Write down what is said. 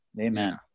Amen